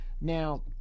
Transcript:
now